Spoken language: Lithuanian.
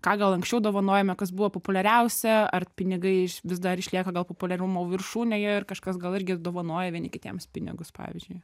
ką gal anksčiau dovanojome kas buvo populiariausia ar pinigai iš vis dar išlieka gal populiarumo viršūnėje ir kažkas gal irgi dovanoja vieni kitiems pinigus pavyzdžiui